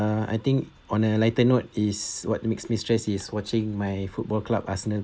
uh I think on a lighter note is what makes me stress is watching my football club Arsenal